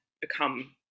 become